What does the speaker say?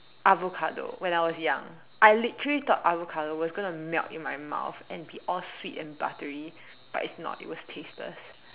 avocado when I was young I literally thought avocado was going to melt in my mouth and be all sweet and buttery but it's not it was tasteless